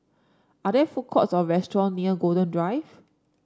are there food courts or restaurant near Golden Drive